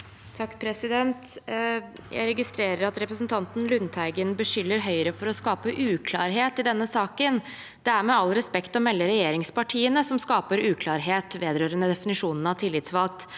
(H) Jeg registrerer at re- presentanten Lundteigen beskylder Høyre for å skape uklarhet i denne saken. Det er med respekt å melde regjeringspartiene som skaper uklarhet vedrørende definisjonen av «tillitsvalgt».